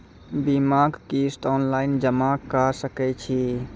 बीमाक किस्त ऑनलाइन जमा कॅ सकै छी?